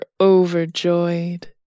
overjoyed